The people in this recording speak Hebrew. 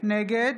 נגד